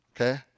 okay